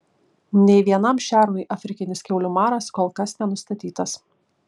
nė vienam šernui afrikinis kiaulių maras kol kas nenustatytas